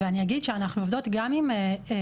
ואני אגיד שאנחנו עובדות גם עם ארגונים